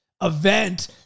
event